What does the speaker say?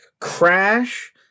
Crash